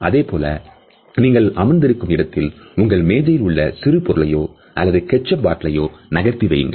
இதுபோல நீங்கள் அமர்ந்திருக்கும் இடத்தில் உங்கள் மேஜையில் உள்ள சிறு பொருளையோ அல்லது ketchup bottle ஐ நகர்த்தி வையுங்கள்